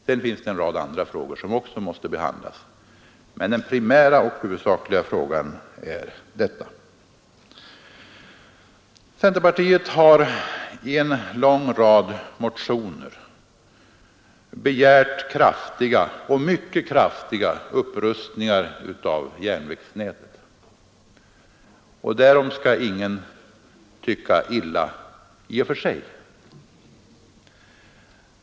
Sedan finns det en rad andra frågor som också måste behandlas, men detta är den primära och huvudsakliga frågan. Centerpartiet har i en lång rad motioner begärt kraftiga — och mycket kraftiga — upprustningar av järnvägsnätet, och därom skall ingen tycka illa i och för sig.